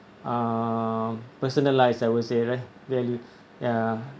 uh personalised I would say right valued ya